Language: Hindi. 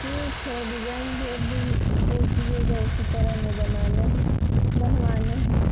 ठीक है डिज़ाइन भेज दीजिएगा उसी तरह हमें बनाना है बनवाना है